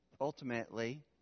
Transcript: ultimately